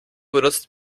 benutzt